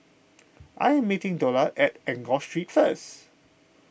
I am meeting Dola at Enggor Street first